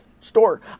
Store